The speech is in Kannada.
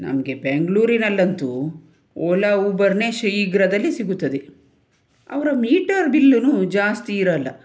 ನಮಗೆ ಬೆಂಗಳೂರಿನಲ್ಲಂತೂ ಓಲಾ ಉಬರ್ನೇ ಶೀಘ್ರದಲ್ಲಿ ಸಿಗುತ್ತದೆ ಅವರ ಮೀಟರ್ ಬಿಲ್ಲೂ ಜಾಸ್ತಿ ಇರಲ್ಲ